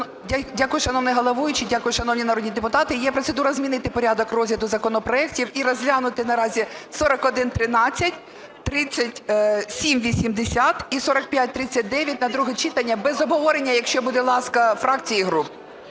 Дякую, шановний головуючий, дякую, шановні народні депутати. Є процедура змінити порядок розгляду законопроектів і розглянути наразі 4113, 3780 і 4539 на друге читання без обговорення, якщо буде ласка фракцій і груп.